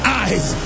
eyes